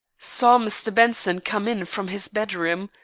saw mr. benson come in from his bedroom,